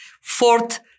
Fourth